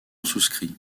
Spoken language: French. souscrit